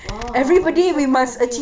!wow! I'm so proud of you